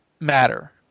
matter